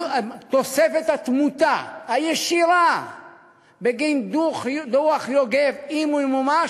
תוספת התמותה הישירה בגין דוח יוגב, אם הוא ימומש,